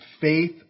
faith